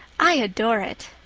i adore it.